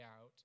out